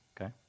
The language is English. Okay